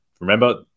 remember